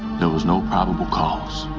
there was no probable cause.